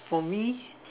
for me